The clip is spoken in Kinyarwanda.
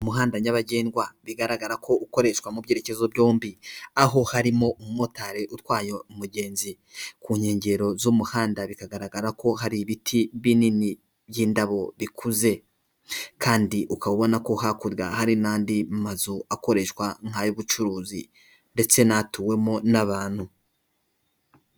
Umuhanda nyabagendwa bigaragara ko ukoreshwa mu byerekezo byombi aho harimo umumotari utwaye umugenzi ku nkengero z'umuhanda bikagaragara ko hari ibiti binini by'indabo bikuze kandi ukaba ubona ko hakurya hari n'andi mazu akoreshwa nk'ayubucuruzi ndetse n'atuwemo n'abantu.